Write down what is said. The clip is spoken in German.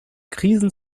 krisen